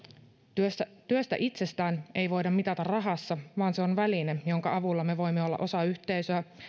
työtä itsessään ei voida mitata rahassa vaan se on väline jonka avulla me voimme olla osa yhteisöä